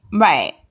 right